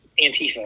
Antifa